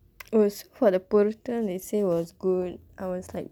also for the பொருத்தம்:poruththam they say was good I was like